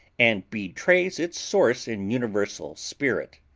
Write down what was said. and betrays its source in universal spirit.